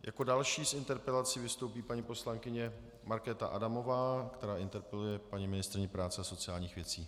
Jako další s interpelací vystoupí paní poslankyně Markéta Adamová, která interpeluje paní ministryni práce a sociálních věcí.